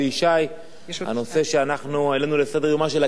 הנושא שהעלינו לסדר-יומה של הכנסת, אני וחברי,